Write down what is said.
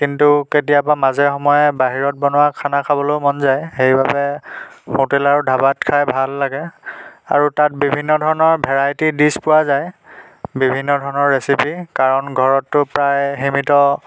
কিন্তু কেতিয়াবা মাজে সময়ে বাহিৰত বনোৱা খানা খাবলৈও মন যায় সেইবাবে হোটেল আৰু ধাবাত খাই ভাল লাগে আৰু তাত বিভিন্ন ধৰণৰ ভেৰাইটি ডিছ পোৱা যায় বিভিন্ন ধৰণৰ ৰেচিপি কাৰণ ঘৰততো প্ৰায় সীমিত